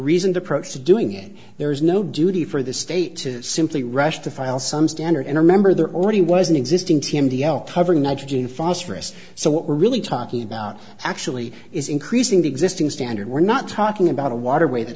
reasoned approach to doing it there is no duty for the state to simply rush to file some standard and remember there already was an existing team to help cover nitrogen phosphorus so what we're really talking about actually is increasing the existing standard we're not talking about a waterway that